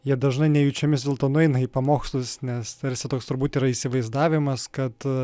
jie dažnai nejučiomis dėl to nueina į pamokslus nes tarsi toks turbūt yra įsivaizdavimas kad